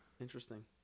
Interesting